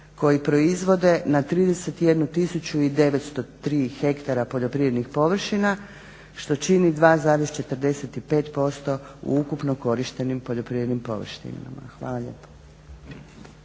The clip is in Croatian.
koji proizvode na 31903 hektara poljoprivrednih površina što čini 2,45% u ukupno korištenim poljoprivrednim površinama. Hvala lijepa.